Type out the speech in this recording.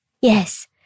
yes